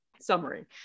summary